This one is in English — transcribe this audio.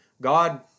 God